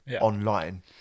online